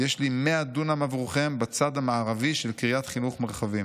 יש לי 100 דונם עבורכם בצד המערבי של קריית חינוך מרחבים'.